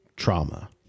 trauma